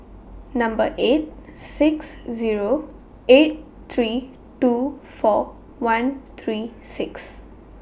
Number eight six Zero eight three two four one three six